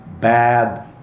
bad